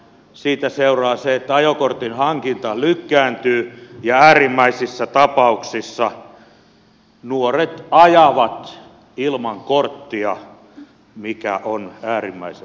siitä seuraa se että ajokortin hankinta lykkääntyy ja äärimmäisissä tapauksissa nuoret ajavat ilman korttia mikä on äärimmäisen edesvastuutonta toimintaa